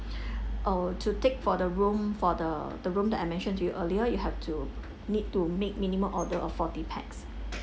err to take for the room for the the room that I mentioned to you earlier you have to need to make minimum order of forty pax